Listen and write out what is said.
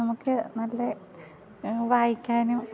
നമുക്ക് നല്ല വായിക്കാനും